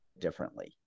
differently